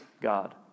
God